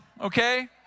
okay